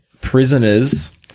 prisoners